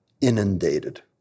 inundated